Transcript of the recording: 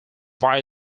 via